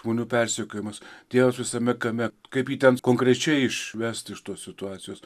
žmonių persekiojimas tai jaučias visame kame kaip jį ten konkrečiai išvesti iš tos situacijos